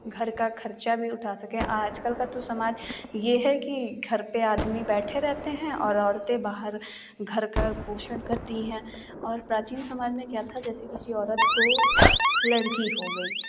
घर का खर्चा भी उठा सके आज कल का तो समाज यह है कि घर पर आदमी बैठे रहते हैं और औरतें बाहर घर का पोषण करती हैं और प्राचीन समाज में क्या था जैसे किसी औरत को लड़की हो गई